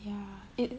ya it